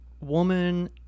woman